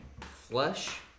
flesh